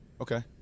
Okay